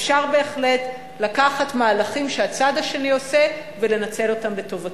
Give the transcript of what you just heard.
אפשר בהחלט לקחת מהלכים שהצד השני עושה ולנצל אותם לטובתנו.